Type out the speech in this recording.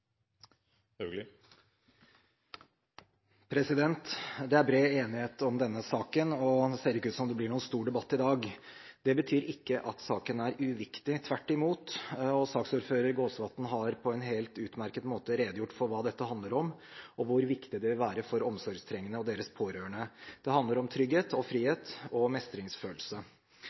synet. Det er bred enighet om denne saken, og det ser ikke ut som det blir noen stor debatt i dag. Det betyr ikke at saken er uviktig – tvert i mot. Saksordfører Gåsvatn har på en helt utmerket måte redegjort for hva dette handler om, og hvor viktig det vil være for omsorgstrengende og deres pårørende. Det handler om trygghet, frihet og mestringsfølelse.